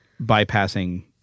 Bypassing